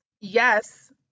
Yes